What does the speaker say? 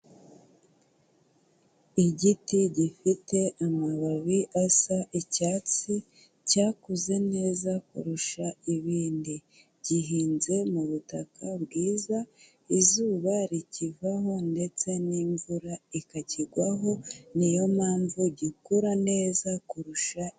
Igiti gifite amababi asa icyatsi cyakuze neza kurusha ibindi, gihinze mu butaka bwiza, izuba rikivaho ndetse n'imvura ikakigwaho, niyo mpamvu gikura neza kurusha.